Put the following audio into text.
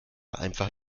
einfach